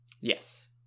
Yes